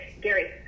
Gary